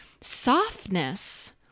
softness